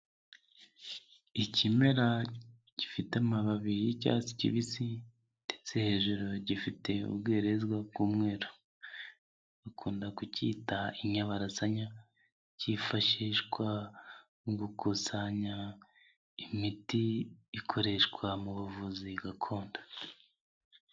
Ikimera gifite amababi y'icyatsi kibisi ndetse hejuru gifite ubwerezwa bw'umweru. Bakunda kucyita inyabarasanya, cyifashishwa mu gukusanya imiti ikoreshwa mu buvuzi gakondo.